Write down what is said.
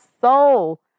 soul